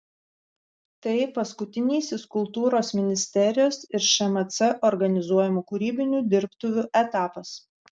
tai paskutinysis kultūros ministerijos ir šmc organizuojamų kūrybinių dirbtuvių etapas